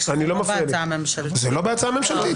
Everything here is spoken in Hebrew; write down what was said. רק שזה לא בהצעה הממשלתית זה לא בהצעה הממשלתית.